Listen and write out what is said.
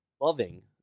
loving